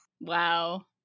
Wow